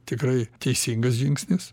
tikrai teisingas žingsnis